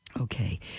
Okay